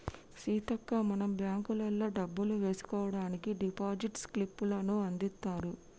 సీతక్క మనం బ్యాంకుల్లో డబ్బులు వేసుకోవడానికి డిపాజిట్ స్లిప్పులను అందిత్తారు